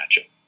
matchup